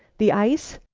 the ice?